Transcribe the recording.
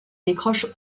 décroche